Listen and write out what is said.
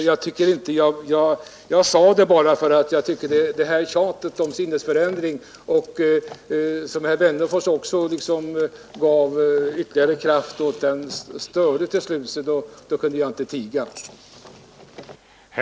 Jag sade detta bara för att jag tyckte att det där tjatet om sinnesändring som herr Wennerfors gav ytterligare kraft åt störde till slut, och då kunde jag inte tiga längre.